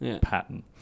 pattern